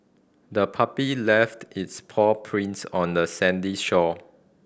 the puppy left its paw prints on the sandy shore